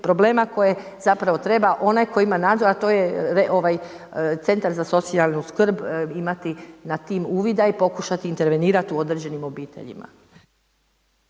problema koje zapravo treba onaj koji ima nadzor a to je centar za socijalnu skrb imati nad tim uvida i pokušati intervenirati u određenim obiteljima.